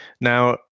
now